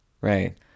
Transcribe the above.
Right